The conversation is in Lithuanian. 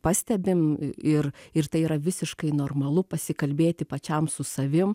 pastebim ir ir tai yra visiškai normalu pasikalbėti pačiam su savim